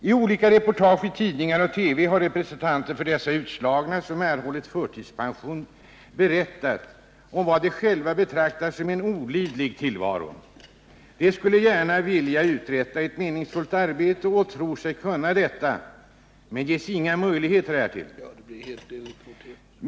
I olika reportage i tidningar och TV har representanter för utslagna som erhållit förtidspension berättat om vad de själva betraktar som en olidlig tillvaro. De skulle gärna vilja uträtta ett meningsfullt arbete och tror sig kunna göra detta, men de ges inga möjligheter härtill.